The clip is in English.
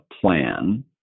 plan